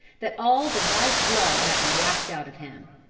that all the white blood might be washed out of him.